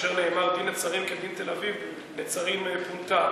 שכאשר נאמר "דין נצרים כדין תל-אביב" נצרים פונתה.